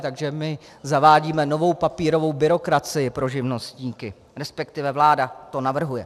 Takže my zavádíme novou papírovou byrokracii pro živnostníky, respektive vláda to navrhuje.